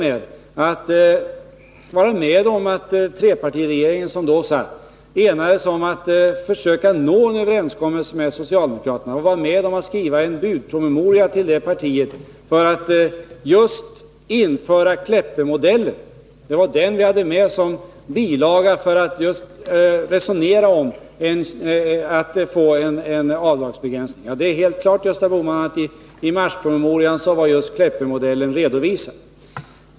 Han var med när den trepartiregering som då satt enades om att försöka nå en uppgörelse med socialdemokraterna, och han var med om att skriva en budpromemoria till det partiet för att pröva just Kleppemodellen. Den hade vi med såsom bilaga för att kunna resonera med socialdemokraterna om en avdragsbegränsning. Det är helt klart, Gösta Bohman, att Kleppemodellen var redovisad i marspromemorian.